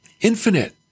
infinite